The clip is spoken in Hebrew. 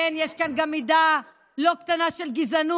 כן, יש כאן גם מידה לא קטנה של גזענות.